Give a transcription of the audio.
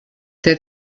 der